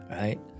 right